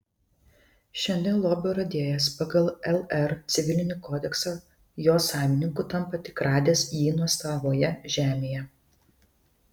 šiandien lobio radėjas pagal lr civilinį kodeksą jo savininku tampa tik radęs jį nuosavoje žemėje